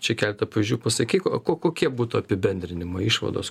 čia keletą pavyzdžių pasakyk ko kokie būtų apibendrinimai išvados